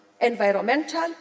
environmental